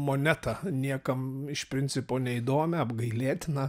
monetą niekam iš principo neįdomią apgailėtiną